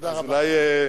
תודה רבה.